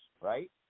right